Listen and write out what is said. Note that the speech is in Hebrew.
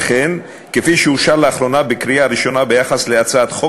וכן כפי שאושר לאחרונה בקריאה ראשונה ביחס להצעת חוק